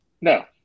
No